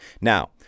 Now